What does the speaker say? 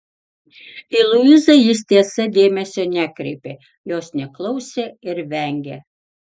į luizą jis tiesa dėmesio nekreipė jos neklausė ir vengė